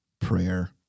prayer